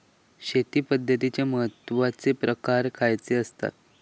शेती पद्धतीचे महत्वाचे प्रकार खयचे आसत?